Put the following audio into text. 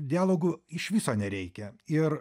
dialogų iš viso nereikia ir